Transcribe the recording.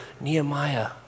Nehemiah